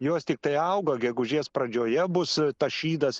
jos tiktai auga gegužės pradžioje bus tas šydas